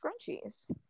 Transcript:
scrunchies